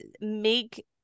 make